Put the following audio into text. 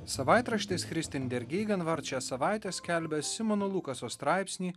savaitraštis kristendergeigen va ir šią savaitę skelbia simono lukaso straipsnį